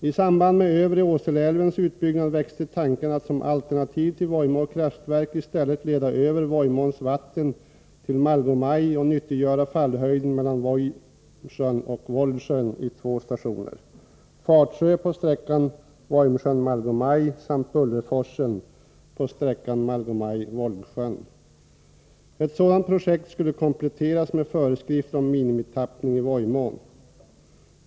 I samband med Övre Åseleälvens utbyggnad växte tanken att som alternativ till Vojmå kraftverk i stället leda över Vojmåns vatten till Malgomaj och nyttiggöra fallhöjden mellan Vojmsjön och Volgsjön i två stationer, Fatsjö på sträckan Vojmsjön-Malgomaj samt Bullerforsen på sträckan Malgomaj-Volgsjön. Ett sådant projekt skulle kompletteras med föreskrift om minimitappning i Vojmån.